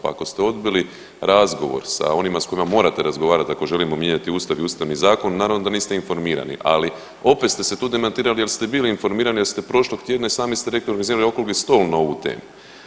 Pa ako ste odbili razgovor sa onima s kojima morate razgovarat ako želimo mijenjati ustav i ustavni zakon naravno da niste informirani, ali opet ste se tu demantirali jel ste bili informirani jel ste prošlog tjedna i sami ste rekli organizirali Okrugli stol na ovu temu.